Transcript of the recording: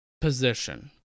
position